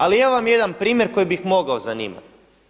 Ali evo vam jedan primjer koji bi mogao zanimati.